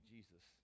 Jesus